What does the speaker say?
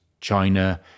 China